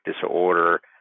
disorder